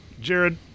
Jared